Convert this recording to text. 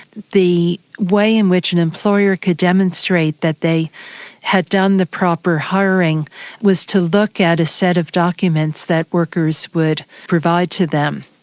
the way in which an employer could demonstrate that they had done the proper hiring was to look at a set of documents that workers would provide to them,